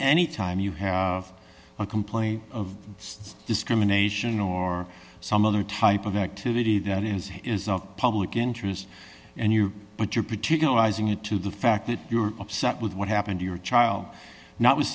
any time you have a complaint of discrimination or some other type of activity that is is of public interest and you but your particular rising it to the fact that you're upset with what happened to your child or not was